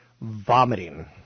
vomiting